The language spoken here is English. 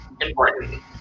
important